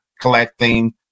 collecting